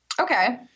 Okay